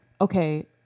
okay